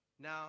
Now